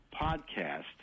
podcast